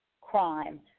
crime